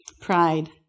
Pride